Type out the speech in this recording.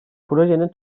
projenin